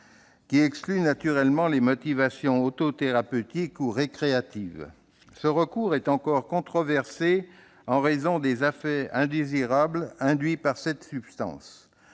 excluant naturellement les motivations auto-thérapeutiques ou récréatives. Ce recours est encore controversé en raison des effets indésirables induits par cette substance.